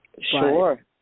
Sure